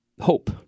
hope